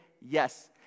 yes